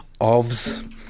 Ovs